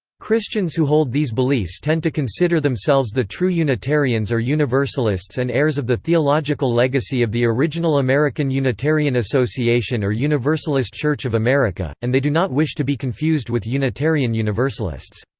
christians who hold these beliefs tend to consider themselves the true unitarians or universalists and heirs of the theological legacy of the original american unitarian association or universalist church of america, and they do not wish to be confused with unitarian universalists.